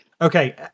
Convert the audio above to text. Okay